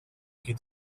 geht